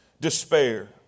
Despair